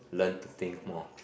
learn to think more